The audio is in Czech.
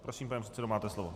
Prosím, pane předsedo, máte slovo.